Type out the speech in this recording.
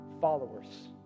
followers